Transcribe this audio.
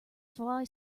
fly